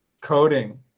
coding